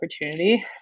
opportunity